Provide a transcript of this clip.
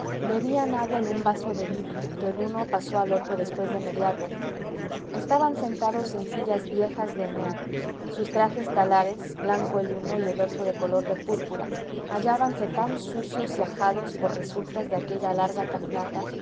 bebían agua en un vaso de vidrio que el uno pasó al otro después de mediarlo estaban sentados en sillas viejas de enea sus trajes talares blanco el uno y el otro de color de púrpura hallábanse tan sucios y ajados por resultas de aquella larga caminata